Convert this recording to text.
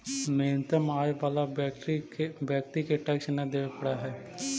न्यूनतम आय वाला व्यक्ति के टैक्स न देवे पड़ऽ हई